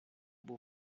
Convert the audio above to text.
beau